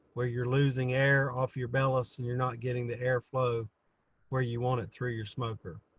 where you're losing air off your bellows and you're not getting the airflow where you want it through your smoker.